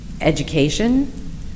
Education